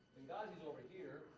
and over here.